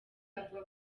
avuga